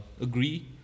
agree